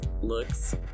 looks